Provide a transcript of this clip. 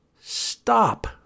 stop